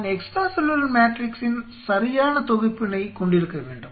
நான் extracellular மேட்ரிக்ஸின் சரியான தொகுப்பினைக் கொண்டிருக்க வேண்டும்